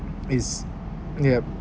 is yup